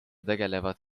tegelevad